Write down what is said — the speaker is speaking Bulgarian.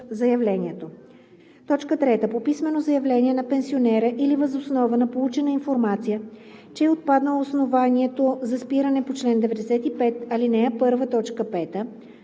3. по писмено заявление на пенсионера или въз основа на получена информация, че е отпаднало основанието за спиране по чл. 95, ал. 1,